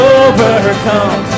overcome